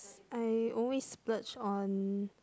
I always splurge on